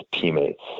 teammates